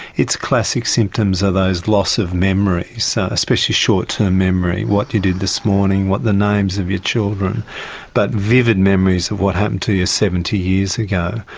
its classic symptoms are those loss of memories, especially short-term memory what you did this morning, the names of your children but vivid memories of what happened to you seventy years ago.